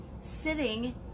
sitting